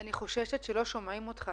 אני חוששת שלא שומעים אותו.